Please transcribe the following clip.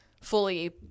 fully